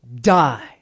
die